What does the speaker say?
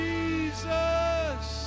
Jesus